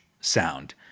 sound